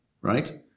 right